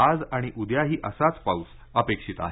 आज आणि उद्याही असाच पाऊस अपेक्षित आहे